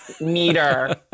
meter